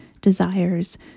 desires